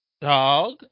Dog